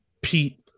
Pete